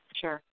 Sure